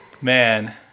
Man